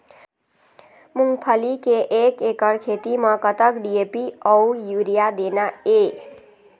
मूंगफली के एक एकड़ खेती म कतक डी.ए.पी अउ यूरिया देना ये?